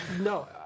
No